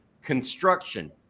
construction